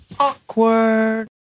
Awkward